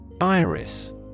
Iris